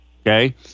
okay